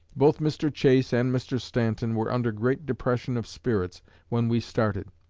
both mr. chase and mr. stanton were under great depression of spirits when we started,